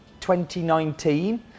2019